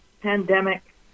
pandemic